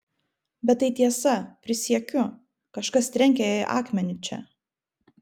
bet tai tiesa prisiekiu kažkas trenkė jai akmeniu čia